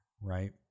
right